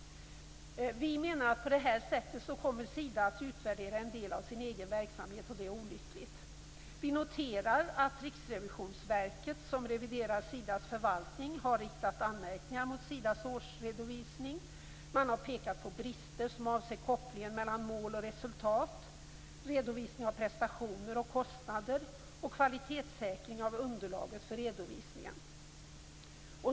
Vi menar att på det här sättet kommer Sida att utvärdera en del av sin egen verksamhet och det är olyckligt. Vi noterar att Riksrevisionsverket som reviderar Sidas förvaltning har riktat anmärkningar mot Sidas årsredovisning. Man har pekat på brister som avser kopplingen mellan mål och resultat, redovisning av prestationer och kostnader och kvalitetssäkring av underlaget för redovisningen.